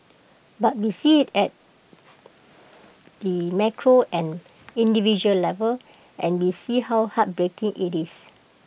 but we see IT at the micro and individual level and we see how heartbreaking IT is